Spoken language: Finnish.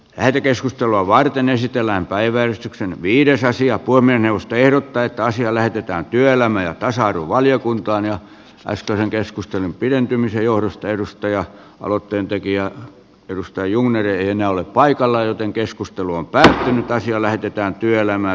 lähetekeskustelua varten esitellään päiväystyksen viides asia voi mennä ostoehdot täyttä asiaa lähdetään työelämän tasa arvovaliokuntaan ja astran keskustelun pidentymisen johdosta edustaja aloitteentekijä edustajunen ei enää ole paikalla joten keskusteluun päivittäisiä lähetetään työelämä